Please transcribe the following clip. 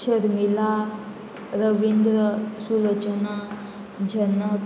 Sharmila Ravindra Sulochana Janak